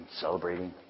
celebrating